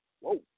Whoa